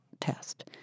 test